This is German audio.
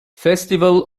festival